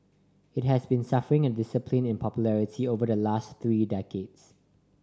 it has been suffering a in popularity over the last three decades